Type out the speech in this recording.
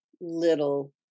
little